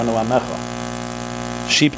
Sheep